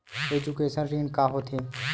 Education ऋण का होथे?